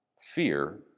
fear